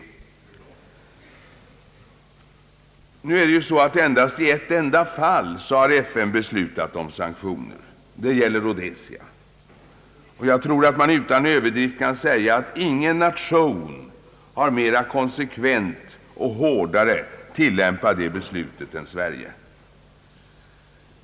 FN har i ett enda fall beslutat om sanktioner, nämligen mot Rhodesia. Utan överdrift tror jag man kan påstå att ingen nation har mera konsekvent och hårdare tillämpat det beslutet än Sverige.